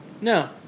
No